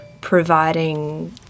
providing